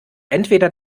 entweder